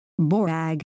Borag